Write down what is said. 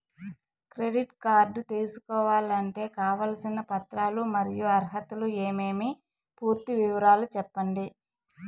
Credit card తీసుకోవాలంటే కావాల్సిన పత్రాలు మరియు అర్హతలు ఏమేమి పూర్తి వివరాలు సెప్పండి?